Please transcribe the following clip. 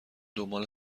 دنبال